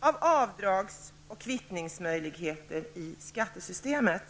av avdrags och kvittningsmöjligheter i skattesystemet.